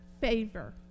favor